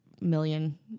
million